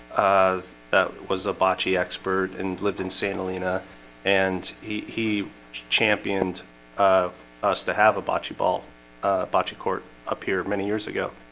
that was a bocce expert and lived in santa lena and he he championed um us to have a bocce ball bocce court up here many years ago,